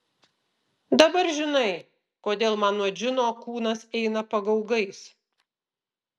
dabar žinai kodėl man nuo džino kūnas eina pagaugais